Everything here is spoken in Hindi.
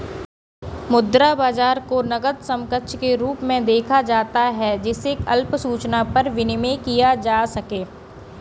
मुद्रा बाजार को नकद समकक्ष के रूप में देखा जाता है जिसे अल्प सूचना पर विनिमेय किया जा सके